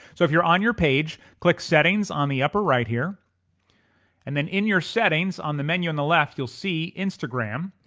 so if you're on your page click settings on the upper right here and then in your settings on the menu on the left you'll see instagram,